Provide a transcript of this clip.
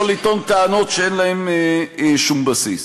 לא הוצאתם אותם כבר לפני שש שנים.